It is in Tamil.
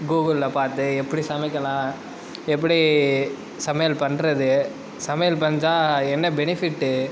கூகுளில் பார்த்து எப்படி சமைக்கலாம் எப்பபடி சமையல் பண்ணுறது சமையல் செஞ்சால் என்ன பெனிஃபிட்டு